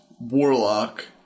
Warlock